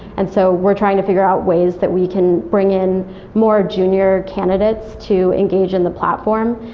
and so we're trying to figure out ways that we can bring in more junior candidates to engage in the platform.